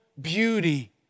beauty